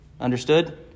Understood